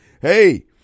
hey